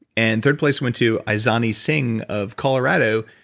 and third place went to isani singh of colorado,